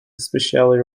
especially